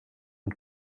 und